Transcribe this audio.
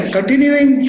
Continuing